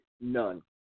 none